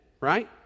right